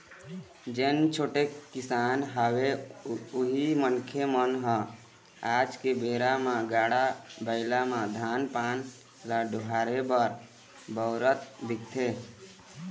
जेन छोटे किसान हवय उही मनखे मन ह आज के बेरा म गाड़ा बइला म धान पान ल डोहारे बर बउरत दिखथे